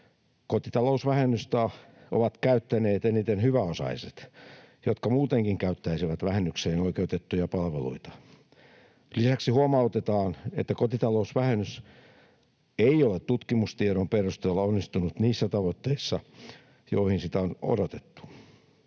kotitalousvähennystä ovat käyttäneet eniten hyväosaiset, jotka muutenkin käyttäisivät vähennykseen oikeutettuja palveluita. Lisäksi huomautetaan, että kotitalousvähennys ei ole tutkimustiedon perusteella onnistunut niissä tavoitteissa, joihin sitä on odotettu.